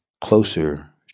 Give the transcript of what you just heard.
closer